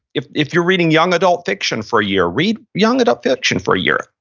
if if you're reading young adult fiction for a year, read young adult fiction for a year.